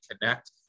connect